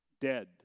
dead